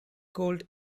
cold